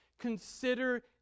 Consider